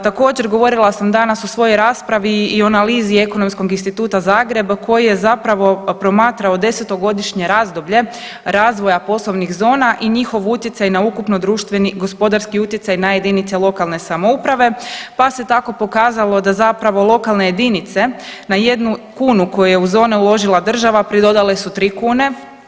Također govorila sam danas u svojoj raspravi i o analizi Ekonomskog instituta Zagreb koji je promatrao desetogodišnje razdoblje razvoja po slovnih zona i njihov utjecaj na ukupno društveni gospodarski utjecaj na jedinice lokalne samouprave, pa se tako pokazalo da lokalne jedinice na jednu kunu koje u zone uložila država pridodale su tri kune.